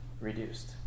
reduced